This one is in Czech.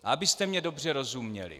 A abyste mi dobře rozuměli.